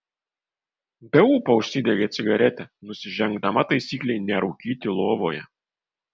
be ūpo užsidegė cigaretę nusižengdama taisyklei nerūkyti lovoje